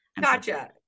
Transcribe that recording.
gotcha